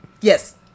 Yes